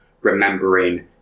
remembering